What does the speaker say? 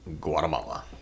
Guatemala